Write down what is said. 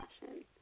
passion